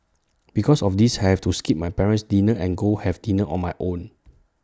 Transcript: because of this I have to skip my parent's dinner and go have dinner on my own